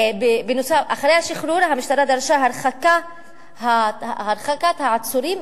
אחרי השחרור המשטרה דרשה את הרחקת העצורים